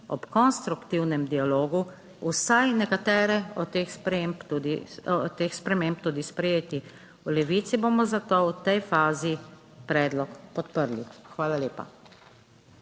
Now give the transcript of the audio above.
ob konstruktivnem dialogu. Vsaj nekatere od teh sprememb, tudi sprejeti. V Levici bomo zato v tej fazi predlog podprli. Hvala lepa.